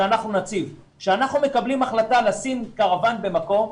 כשאנחנו מקבלים החלטה לשים קרוואן במקום,